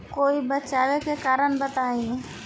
कोई बचाव के कारण बताई?